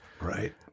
Right